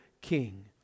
king